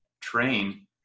train